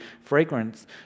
fragrance